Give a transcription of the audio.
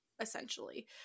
essentially